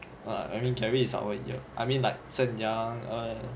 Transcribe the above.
err I mean gary is~ I mean like zhen yang